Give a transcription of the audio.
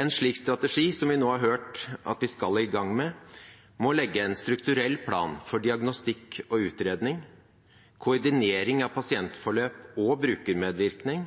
En slik strategi, som vi nå har hørt at vi skal i gang med, må legge en strukturell plan for diagnostikk og utredning, koordinering av pasientforløp og brukermedvirkning,